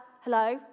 hello